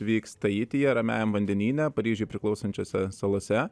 vyks taityje ramiajame vandenyne paryžiui priklausančiose salose